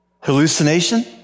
Hallucination